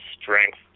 strength